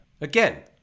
Again